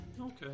Okay